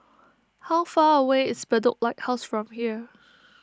how far away is Bedok Lighthouse from here